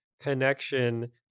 connection